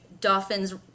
dolphins